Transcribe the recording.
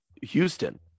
Houston